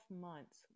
months